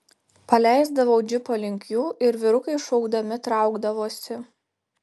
paleisdavau džipą link jų ir vyrukai šaukdami traukdavosi